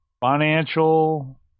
Financial